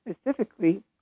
specifically